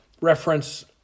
reference